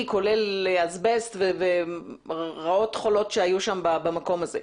כולל אסבסט ורעות חולות שהיו במקום הזה,